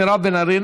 מירב בן ארי,